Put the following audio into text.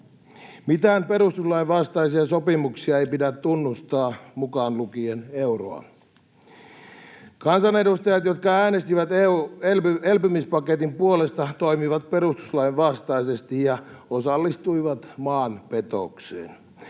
Mitään perustuslain vastaisia sopimuksia ei pidä tunnustaa — mukaan lukien euroa. Kansanedustajat, jotka äänestivät EU-elpymispaketin puolesta, toimivat perustuslain vastaisesti ja osallistuivat maanpetokseen.